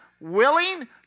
willing